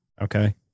Okay